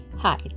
Hi